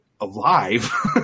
alive